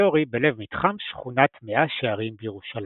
היסטורי בלב מתחם שכונת מאה שערים בירושלים.